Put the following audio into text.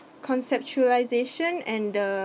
conceptualisation and the